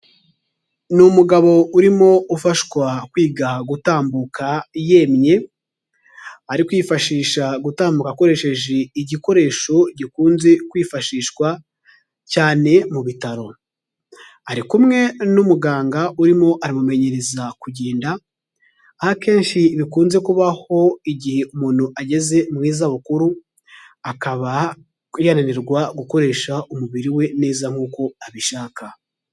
Ni umugabo urimo ufashwa kwiga gutambuka yemye, arikwifashisha gutambuka akoresheje igikoresho gikunze kwifashishwa cyane mu Bitaro. Arikumwe n'umuganga urimo aramumenyereza kugenda. Aho akenshi bikunze kubaho igihe umuntu ageze mu izabukuru. Akaba yananirwa gukoresha umubiri we neza nk'uko abishaka.